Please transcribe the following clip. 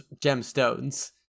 gemstones